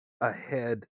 ahead